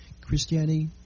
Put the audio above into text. Christianity